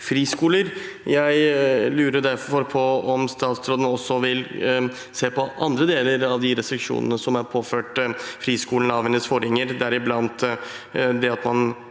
friskoler. Jeg lurer derfor på om statsråden også vil se på andre deler av de restriksjonene som er påført friskolene av hennes forgjenger, deriblant at man